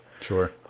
sure